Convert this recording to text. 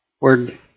word